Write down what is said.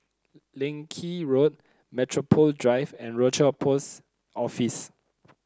Leng Kee Road Metropole Drive and Rochor Post Office